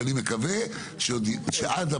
ואני מקווה שעד,